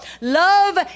love